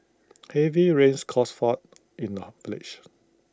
heavy rains caused flood in the village